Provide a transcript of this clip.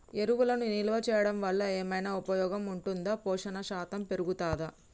ఎరువులను నిల్వ చేయడం వల్ల ఏమైనా ఉపయోగం ఉంటుందా పోషణ శాతం పెరుగుతదా?